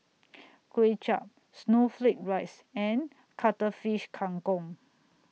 Kway Chap Snowflake Rice and Cuttlefish Kang Kong